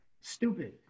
Stupid